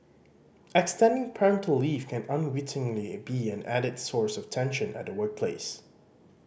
extending parental leave can unwittingly be an added source of tension at the workplace